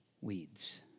weeds